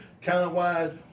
talent-wise